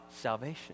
salvation